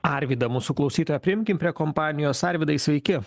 arvydą mūsų klausytoją priimkim prie kompanijos arvydai sveiki